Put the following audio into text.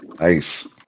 Nice